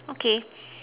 okay